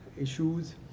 issues